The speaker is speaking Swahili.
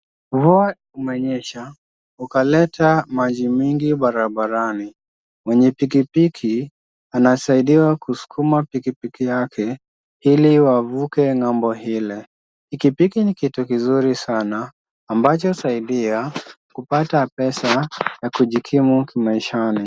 Mvua imenyesha ikaleta maji mingi barabarani. Mwenye pikipiki anasaidiwa kuskuma pikipiki yake ili wavuke ngambo ile. Pikipiki ni kitu kizuri sana ambacho husaidia kupata pesa ya kujikimu maishani.